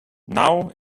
now